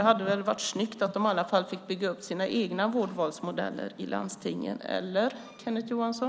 Det hade väl varit snyggt att de i alla fall fick bygga upp sina egna vårdvalsmodeller i landstingen, eller vad säger du, Kenneth Johansson?